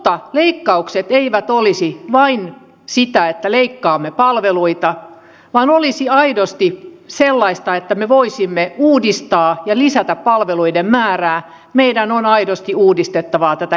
jotta leikkaukset eivät olisi vain sitä että leikkaamme palveluita vaan olisivat aidosti sellaisia että me voisimme uudistaa ja lisätä palveluiden määrää meidän on aidosti uudistettava tätä järjestelmää